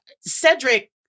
Cedric